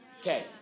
Okay